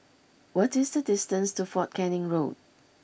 what is the distance to Fort Canning Road